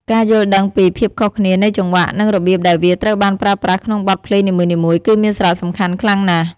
ការយល់ដឹងពី ភាពខុសគ្នានៃចង្វាក់ និងរបៀបដែលវាត្រូវបានប្រើប្រាស់ក្នុងបទភ្លេងនីមួយៗ គឺមានសារៈសំខាន់ខ្លាំងណាស់។